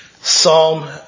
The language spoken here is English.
Psalm